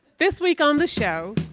this week on the show,